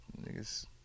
Niggas